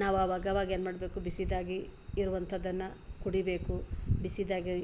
ನಾವು ಆವಾಗಾವಾಗ ಏನ್ಮಾಡಬೇಕು ಬಿಸಿದಾಗಿ ಇರುವಂಥದ್ದನ್ನ ಕುಡೀಬೇಕು ಬಿಸಿದಾಗಿ